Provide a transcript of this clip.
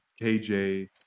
KJ